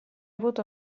avuto